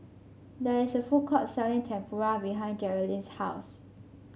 there is a food court selling Tempura behind Jerilynn's house